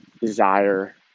desire